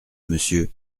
monsieur